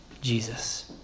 Jesus